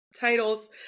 Titles